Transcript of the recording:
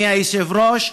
אדוני היושב-ראש,